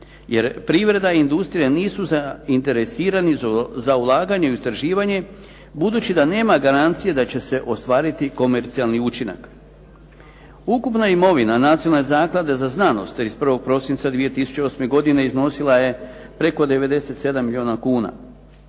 jer privreda i industrija nisu zainteresirani za ulaganje u istraživanje, budući da nema garancije da će se ostvariti komercijalni učinak. Ukupna imovina Nacionalne zaklade za znanost 31. prosinca 2008. godine iznosila je preko 97 milijuna kuna.